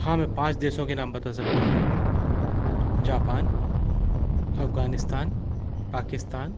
हाँ मैं पाँच देशों के नाम बता सकता हूँ जापान अफगानिस्तान पाकिस्तान